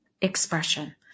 expression